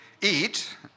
eat